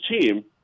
team